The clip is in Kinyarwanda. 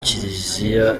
kiliziya